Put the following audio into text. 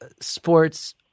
sports